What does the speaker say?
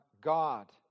God